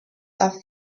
are